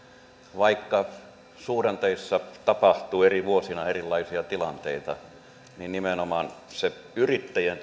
vaikka suhdanteissa tapahtuu eri vuosina erilaisia tilanteita niin nimenomaan se yrittäjien